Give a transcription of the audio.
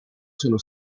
sono